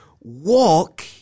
walk